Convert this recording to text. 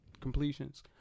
completions